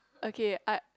okay I